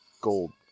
gold